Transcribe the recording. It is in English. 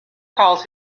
calls